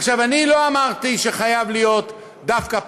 עכשיו, אני לא אמרתי שחייב להיות דווקא פעמיים,